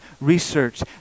research